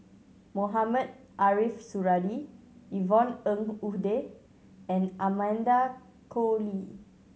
Mohamed Ariff Suradi Yvonne Ng Uhde and Amanda Koe Lee